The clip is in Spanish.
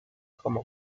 como